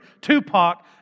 Tupac